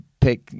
pick